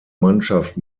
mannschaft